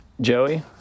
Joey